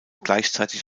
gleichzeitig